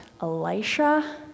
Elisha